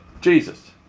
Jesus